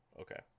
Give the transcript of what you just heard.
Okay